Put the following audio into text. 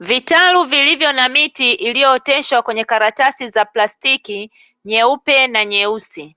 Vitalu vilivyo na miti iliyooteshwa kwenye karatasi za plastiki nyeupe na nyeusi.